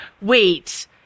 wait –